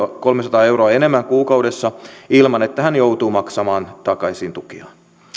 kolmesataa euroa enemmän kuukaudessa ilman että hän joutuu maksamaan takaisin tukiaan